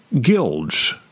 guilds